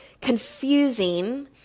confusing